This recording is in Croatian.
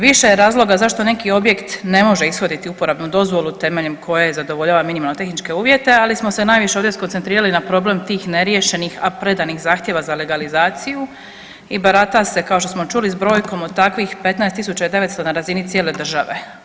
Više je razloga zašto neki objekt ne može ishoditi uporabnu dozvolu temeljem koje zadovoljava minimalno-tehničke uvjete, ali smo se najviše ovdje skoncentrirali na problem tih neriješenih, a predanih zahtjeva za legalizaciju i barata se, kao što smo čuli, s brojkom od takvih 15 900 na razini cijele države.